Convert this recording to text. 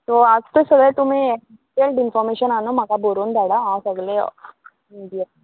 so आज तेू सगळें तुमी डिटेल्ड इनफोर्मेशन हांगा म्हाका बरोवन धाडा हांव सगळें दिया